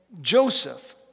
Joseph